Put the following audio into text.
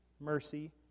mercy